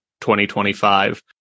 2025